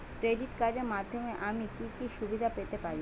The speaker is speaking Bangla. ক্রেডিট কার্ডের মাধ্যমে আমি কি কি সুবিধা পেতে পারি?